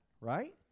Right